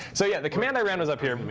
so yeah, the command i ran was up here.